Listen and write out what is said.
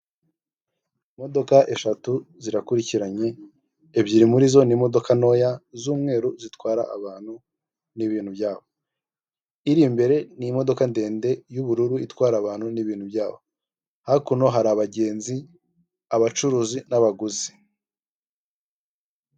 Imodoka eshatu zirakurikiranye ebyiri muri zo ni imodokadoka ntoya z'umweru zitwara abantu nibintu byabo, iri imbere ni imodoka ndende y'ubururu itwara abantu n'ibintu byabo, hakuno hari abagenzi abacuruzi n'abaguzi.